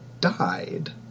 died